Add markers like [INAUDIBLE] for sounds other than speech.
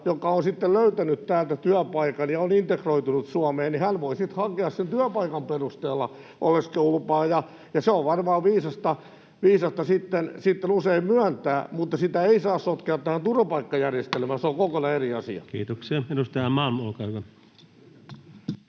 joka on sitten löytänyt täältä työpaikan ja on integroitunut Suomeen, hän voi sitten hakea sen työpaikan perusteella oleskelulupaa ja se on varmaan viisasta sitten usein myöntää, mutta sitä ei saa sotkea tähän turvapaikkajärjestelmään. [NOISE] Se on